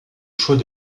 choix